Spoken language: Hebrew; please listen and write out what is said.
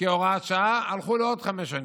כהוראת שעה, הלכו לעוד חמש שנים.